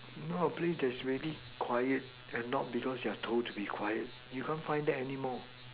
know a place that is really quiet and not because you're told to be quiet you can't find that anymore